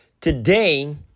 Today